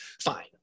fine